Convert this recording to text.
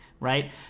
right